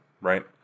Right